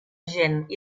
gent